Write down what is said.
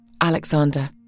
Alexander